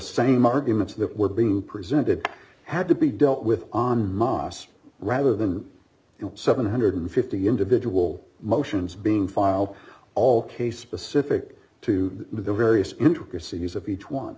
same arguments that were being presented had to be dealt with on moscow rather than in seven hundred and fifty individual d motions being filed all case specific to the various intricacies of each one